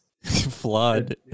flawed